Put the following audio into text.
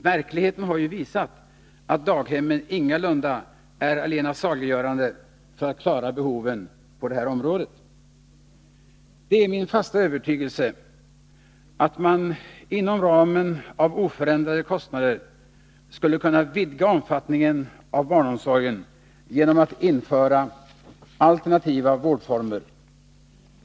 Verkligheten har ju visat, att daghemmen ingalunda är allena saliggörande för att klara behoven på det här området. Det är min fasta övertygelse att man inom ramen av oförändrade kostnader skulle kunna vidga omfattningen av barnomsorgen genom att införa alternativa vårdformer.